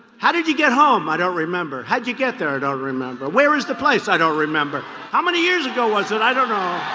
how did you get home? i don't remember how'd you get there? i don't remember. where is the place? i don't remember how many years ago was it? i don't know